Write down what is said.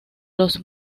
los